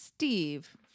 Steve